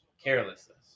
carelessness